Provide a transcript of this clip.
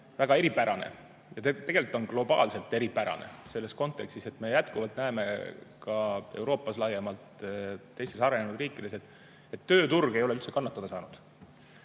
väga eripärane. Tegelikult see on globaalselt eripärane selles kontekstis, et me jätkuvalt näeme ka Euroopas laiemalt, teistes arenenud riikides, et tööturg ei ole üldse kannatada saanud.